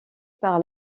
par